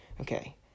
Okay